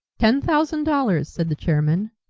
ten thousand dollars, said the chairman,